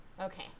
okay